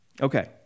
Okay